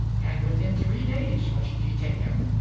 and within three days must ye take him,